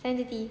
seven thirty